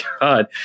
god